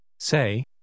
Say